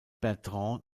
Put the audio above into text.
bertrand